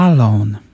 Alone